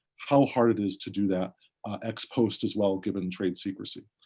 how hard it is to do that ex post as well given trade secrecy.